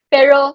Pero